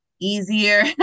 easier